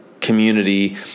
community